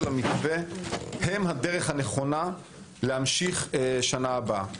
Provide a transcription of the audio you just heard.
המתווה הם הדרך הנכונה להמשיך בשנה הבאה.